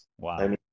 Wow